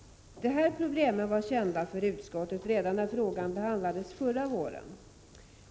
De här problemen var kända för utskottet redan när frågan behandlades förra våren.